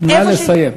נא לסיים.